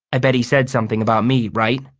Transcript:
i bet he said something about me right?